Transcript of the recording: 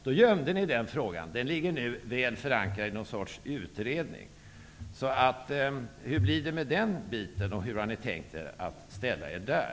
Då gömde ni den frågan, och den ligger nu väl förankrad i någon utredning. Hur blir det med den biten, och hur har ni tänkt ställa er där?